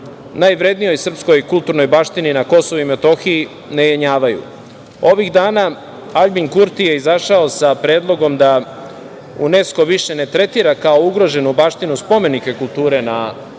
najvrednijoj srpskoj kulturnoj baštini na KiM ne jenjavaju. Ovih dana Aljbin Kurti je izašao sa predlogom da UNESKO više ne tretira kao ugroženu baštinu spomenike kulture na KiM